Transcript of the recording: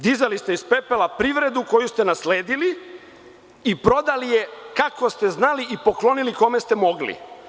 Dizali ste iz pepela privredu koju ste nasledili i prodali je kako ste znali i poklonili kome ste mogli.